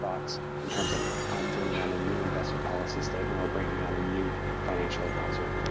thoughts in terms of i'm bringing on a new investment policy statement or bringing on a new financial advisor.